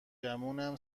گمونم